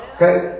Okay